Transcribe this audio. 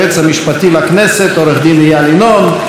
היועץ המשפטי לכנסת עו"ד איל ינון,